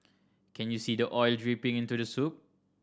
can you see the oil dripping into the soup